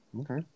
Okay